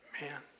man